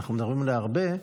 שאנחנו מדברים עליה הרבה,